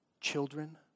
children